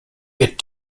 get